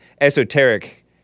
Esoteric